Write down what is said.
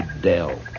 Dell